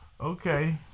Okay